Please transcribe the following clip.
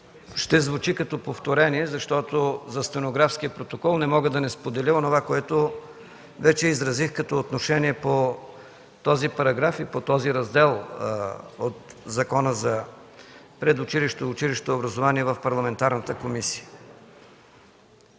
ще звучи като повторение, защото за стенографския протокол не мога да не споделя онова, което вече изразих като отношение по този параграф и по този раздел от Закона за предучилищното и училищното образование в парламентарната комисия.